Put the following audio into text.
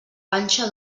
panxa